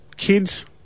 kids